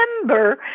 remember